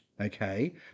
Okay